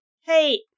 hey